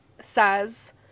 says